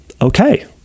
Okay